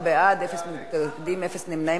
12 בעד, אפס מתנגדים, אפס נמנעים.